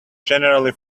generally